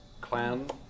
clan